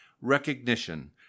recognition